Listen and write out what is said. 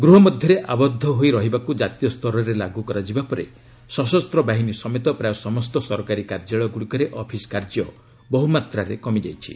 ଗୃହ ମଧ୍ୟରେ ଆବଦ୍ଧ ହୋଇ ରହିବାକୁ କାତୀୟ ସ୍ତରରେ ଲାଗୁ କରାଯିବା ପରେ ସଶସ୍ତ ବାହିନୀ ସମେତ ପ୍ରାୟ ସମସ୍ତ ସରକାରୀ କାର୍ଯ୍ୟାଳୟଗ୍ରଡ଼ିକରେ ଅଫିସ କାର୍ଯ୍ୟ ବହୁମାତ୍ରାରେ କମି ଯାଇଛି